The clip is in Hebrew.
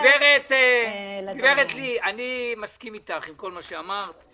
גברת ליהי, אני מסכים אתך, עם כל מה שאמרת.